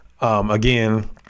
Again